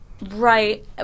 Right